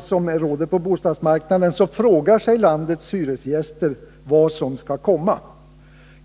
som råder på bostadsmarknaden frågar sig landets hyresgäster vad som skall komma.